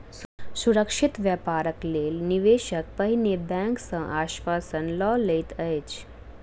सुरक्षित व्यापारक लेल निवेशक पहिने बैंक सॅ आश्वासन लय लैत अछि